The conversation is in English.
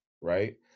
right